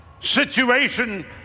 situation